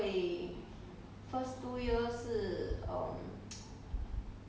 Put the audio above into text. on~ only normal working hour